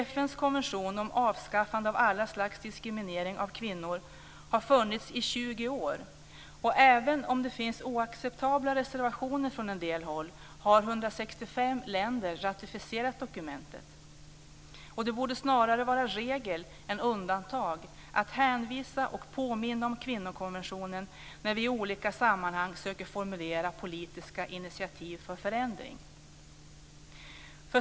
FN:s konvention om avskaffande av all slags diskriminering av kvinnor har funnits i 20 år, och även om det finns oacceptabla reservationer från en del håll har 165 länder ratificerat dokumentet. Det borde snarare vara regel än undantag att hänvisa till och påminna om kvinnokonventionen när vi i olika sammanhang försöker formulera politiska initiativ för förändring.